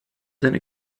seine